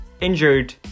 injured